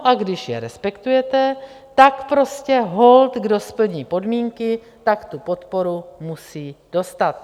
A když je respektujete, tak prostě holt kdo splní podmínky, tak tu podporu musí dostat.